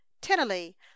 tennelly